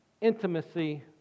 intimacy